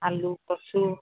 আলু কচু